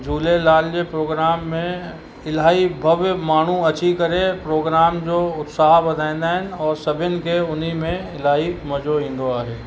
झूलेलाल जे प्रोग्राम में इलाही भव्य माण्हू अची करे प्रोग्राम जो उत्साह वधाईंदा आहिनि और सभिनि खे उन में इलाही मज़ो ईंदो आहे